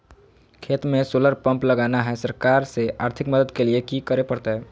खेत में solar pump लगाना है, सरकार से आर्थिक मदद के लिए की करे परतय?